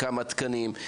כמה תקנים,